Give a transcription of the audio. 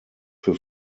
für